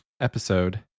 episode